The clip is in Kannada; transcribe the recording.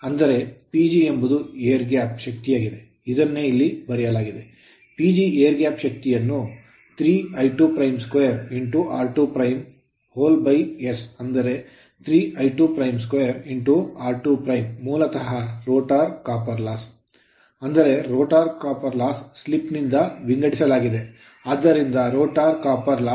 ಅಂದರೆ PG ಎಂಬುದು air gap ಗಾಳಿಯ ಅಂತರದಾದ್ಯಂತ ಶಕ್ತಿಯಾಗಿದೆ ಇದನ್ನೇ ಇಲ್ಲಿ ಬರೆಯಲಾಗಿದೆ PG air gap ಗಾಳಿಯ ಅಂತರದಾದ್ಯಂತ ಶಕ್ತಿಯನ್ನು 3 I22 r2s ಅ0ದರೆ 3 I22 r2ಮೂಲತಃ ರೋಟರ್ copper loss ತಾಮ್ರದ ನಷ್ಟ ಅಂದರೆ ರೋಟರ್ copper loss ತಾಮ್ರದ ನಷ್ಟವನ್ನು slip ಸ್ಲಿಪ್ ನಿಂದ ವಿಂಗಡಿಸಲಾಗಿದೆ ಆದ್ದರಿಂದ rotor ರೋಟರ್ copper loss ತಾಮ್ರ ನಷ್ಟ slip ಸ್ಲಿಪ್ PG